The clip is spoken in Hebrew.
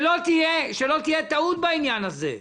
שלא תהיה טעות בעניין הזה.